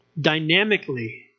dynamically